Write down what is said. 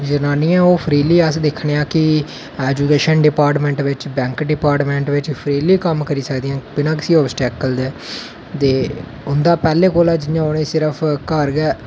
जनानियां फ्रीली अस दिक्खने आं कि ऐजुकेशन डिपार्टमैंट बिच्च बैंक डिपार्टमैंट बिच्च फ्रीली कम्म करी सकदियां न बिना किसै अवस्टैकल दै ते उंदे पैह्लैें कोला दा जियां उनेंगी